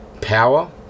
power